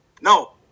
No